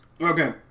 Okay